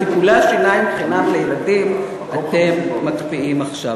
את טיפולי השיניים חינם לילדים אתם מקפיאים עכשיו.